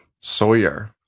Sawyer